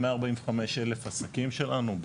145,000 עסקים שלנו,